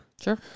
Sure